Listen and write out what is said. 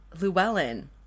Llewellyn